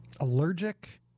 allergic